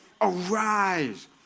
arise